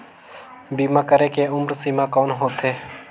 बीमा करे के उम्र सीमा कौन होथे?